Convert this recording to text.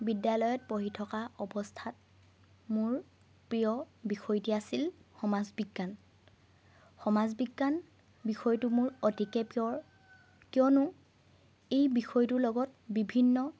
বিদ্যালয়ত পঢ়ি থকা অৱস্থাত মোৰ প্ৰিয় বিষয়টি আছিল সমাজ বিজ্ঞান সমাজ বিজ্ঞান বিষয়টো মোৰ অতিকৈ প্ৰিয় কিয়নো এই বিষয়টোৰ লগত বিভিন্ন